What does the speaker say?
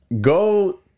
go